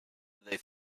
they